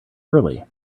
early